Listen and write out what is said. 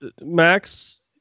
Max